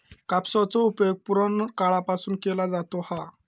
कापसाचो उपयोग पुराणकाळापासून केलो जाता हा